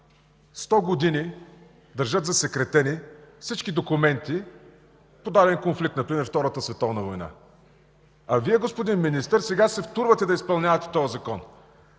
сто години държат засекретени всички документи по даден конфликт, примерно Втората световна война. А Вие, господин Министър, сега се втурвате да изпълнявате този закон.